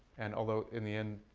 and although in the end,